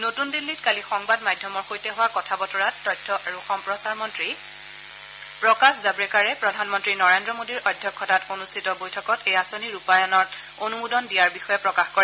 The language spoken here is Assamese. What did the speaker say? নতুন দিল্লীত কালি সংবাদ মাধ্যমৰ সৈতে হোৱা কথা বতৰাত তথ্য আৰু সম্প্ৰচাৰ মন্ত্ৰী প্ৰকাশ জাভৰেকাৰে প্ৰধানমন্তী নৰেন্দ্ৰ মোদীৰ অধ্যক্ষতাত অনুষ্ঠিত বৈঠকে এই আঁচনি ৰূপায়নত অনুমোদন দিয়াৰ বিষয়ে প্ৰকাশ কৰে